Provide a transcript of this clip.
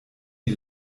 die